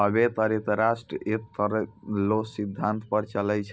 अबै कर एक राष्ट्र एक कर रो सिद्धांत पर चलै छै